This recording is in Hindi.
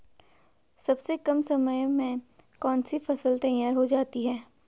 सबसे कम समय में कौन सी फसल तैयार हो जाती है?